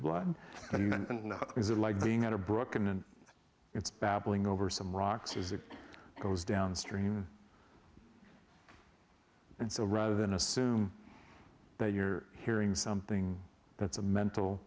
blood is it like being at a broken and it's babbling over some rocks as it goes downstream and so rather than assume that you're hearing something that's a mental